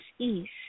East